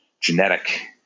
genetic